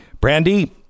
brandy